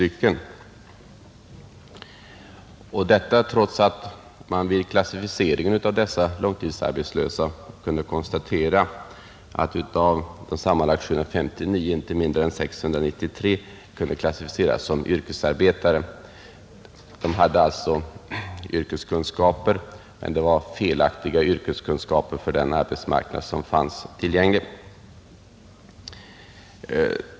Ändå kunde man konstatera att 693 av de långtidsarbetslösa kunde klassificeras som yrkesarbetare. De hade yrkeskunskaper, men det var felaktiga yrkeskunskaper för den arbetsmarknad som fanns tillgänglig.